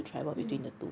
mm